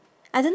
I don't know